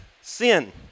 sin